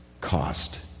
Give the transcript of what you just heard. cost